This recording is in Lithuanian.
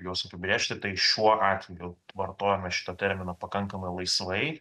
juos apibrėžti tai šiuo atveju vartojame šitą terminą pakankamai laisvai